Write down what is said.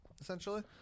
essentially